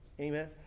Amen